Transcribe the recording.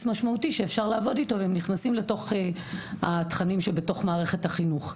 משמעותי שאפשר לעבוד אתו והם נכנסים לתוך התכנים שבתוך מערכת החינוך.